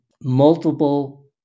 multiple